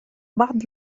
بعض